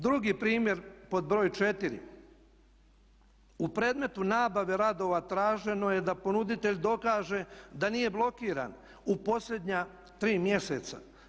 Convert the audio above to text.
Drugi primjer pod broj 4. U predmetu nabave radova traženo je da ponuditelj dokaže da nije blokiran u posljednja tri mjeseca.